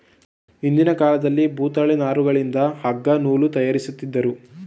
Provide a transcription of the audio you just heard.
ಹಿಂದಿನ ಕಾಲದಲ್ಲಿ ಭೂತಾಳೆ ನಾರುಗಳಿಂದ ಅಗ್ಗ ನೂಲು ತಯಾರಿಸುತ್ತಿದ್ದರು